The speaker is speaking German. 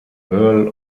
earl